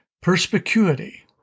perspicuity